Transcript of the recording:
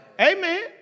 Amen